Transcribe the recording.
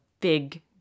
big